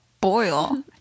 boil